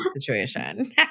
situation